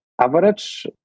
average